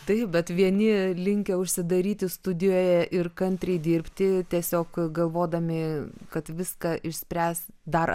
taip bet vieni linkę užsidaryti studijoje ir kantriai dirbti tiesiog galvodami kad viską išspręs dar